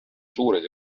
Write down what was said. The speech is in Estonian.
suured